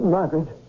Margaret